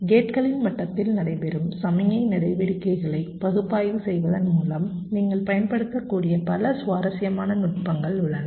கேட்களின் மட்டத்தில் நடைபெறும் சமிக்ஞை நடவடிக்கைகளை பகுப்பாய்வு செய்வதன் மூலம் நீங்கள் பயன்படுத்தக்கூடிய பல சுவாரஸ்யமான நுட்பங்கள் உள்ளன